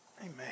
Amen